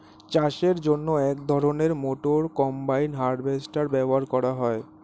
চাষের জন্য এক ধরনের মোটর কম্বাইন হারভেস্টার ব্যবহার করা হয়